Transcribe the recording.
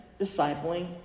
discipling